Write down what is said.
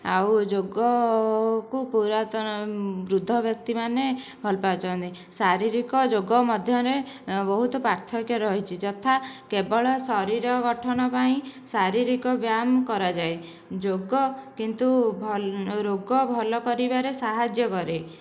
ଆଉ ଯୋଗକୁ ପୁରାତନ ବୃଦ୍ଧବ୍ୟକ୍ତି ମାନେ ଭଲ ପାଉଛନ୍ତି ଶାରିରୀକ ଯୋଗ ମଧ୍ୟରେ ବହୁତ ପାର୍ଥକ୍ୟ ରହିଛି ଯଥା କେବଳ ଶରୀର ଗଠନ ପାଇଁ ଶାରିରୀକ ବ୍ୟାୟାମ କରାଯାଏ ଯୋଗ କିନ୍ତୁ ରୋଗ ଭଲ କରିବାରେ ସାହାଯ୍ୟ କରେ